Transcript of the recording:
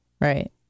Right